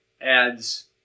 adds